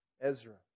Ezra